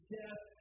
death